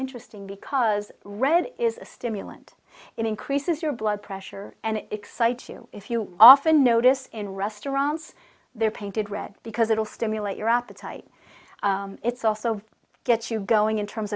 interesting because red is a stimulant it increases your blood pressure and it excites you if you often notice in restaurants they're painted red because it will stimulate your appetite it's also get you going in terms